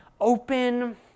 open